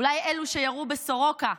אולי אלו שירו בסורוקה,